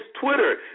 Twitter